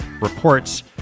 reports